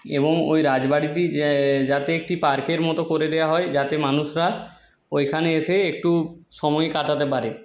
এবং ওই রাজবাড়িটি যাতে একটি পার্কের মতো করে দেওয়া হয় যাতে মানুষরা ওইখানে এসে একটু সময় কাটাতে পারে